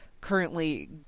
currently